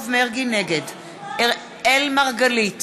נגד אראל מרגלית,